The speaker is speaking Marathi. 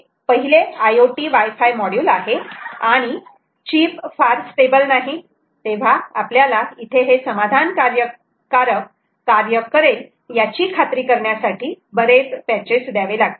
हे पहिले IoT वाय फाय मॉड्यूल आहे आणि चिप फार स्टेबल नाही तेव्हा आपल्याला इथे हे समाधान कारक कार्य करेल याची खात्री करण्यासाठी बरेच पॅचेस द्यावे लागतील